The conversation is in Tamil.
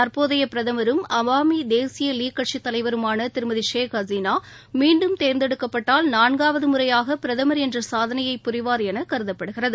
தற்போதைய பிரதமரும் அவாமி தேசிய லீக் கட்சித் தலைவருமான திருமதி ஷேக் ஹசினா மீண்டும் தேர்ந்தெடுக்கப்பட்டால் நான்காவது முறையாக பிரதமர் என்ற சாதனையைப் புரிவார் என கருதப்படுகிறது